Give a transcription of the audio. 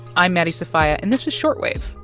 i'm maddie sofia, and this is short wave,